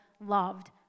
loved